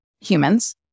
humans